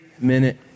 minute